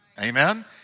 amen